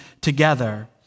together